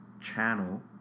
channel